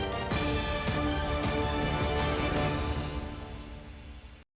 Дякую)